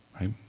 right